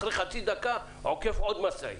אחרי חצי דקה הוא עוקף עוד משאית.